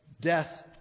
death